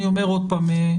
אני אומר עוד פעם,